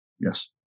Yes